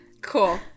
Cool